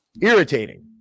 Irritating